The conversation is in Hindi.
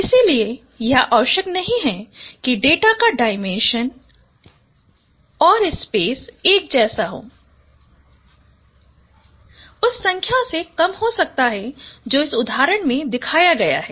इसलिए यह आवश्यक नहीं है कि डेटा का डायमेंशन और स्पेस एक जैसा हो यह उस संख्या से कम हो सकता है जो इस उदाहरण में दिखाया गया है